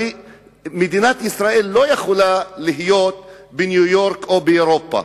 הרי מדינת ישראל לא יכול להיות בניו-יורק או באירופה.